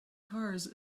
cars